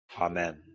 Amen